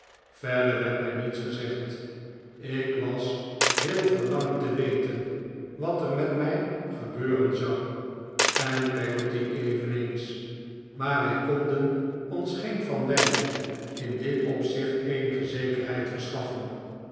verder werd mij niets gezegd ik was heel verlangend te weten wat er met mij gebeuren zou en peggotty eveneens maar wij konden ons geen van beiden in dit opzicht eenige zekerheid verschaffen